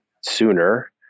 sooner